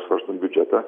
svarstant biudžetą